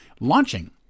Launching